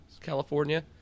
California